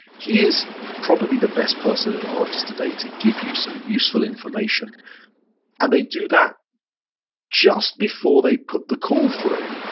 he is probably the best person in our office today to give you some useful information and they do just before they put the call through.